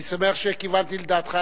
אני שמח שכיוונתי לדעתך.